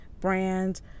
brands